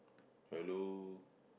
hello